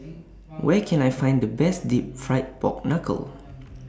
Where Can I Find The Best Deep Fried Pork Knuckle